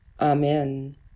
amen